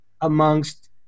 amongst